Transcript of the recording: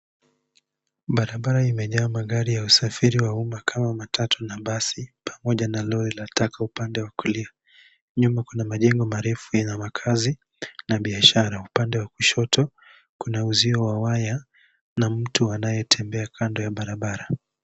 Barabara imejaa magari ya usafiri wa umma kama matatu na basi pamoja na lori la taka upande wa kulia. Nyuma kuna majengo marefu yenye makazi na biashara. Upande wa kushoto kuna uzio wa waya na mtu anayetembea kando ya barabara.